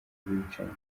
bicanyi